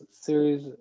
Series